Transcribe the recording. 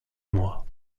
moi